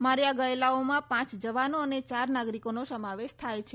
માર્યા ગયેલાઓમાં પાંચ જવાનો અને ચાર નાગરિકોનો સમાવેશ થાય છે